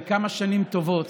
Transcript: אני כמה שנים טובות